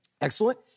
Excellent